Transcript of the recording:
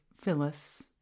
Phyllis